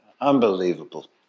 Unbelievable